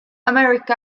america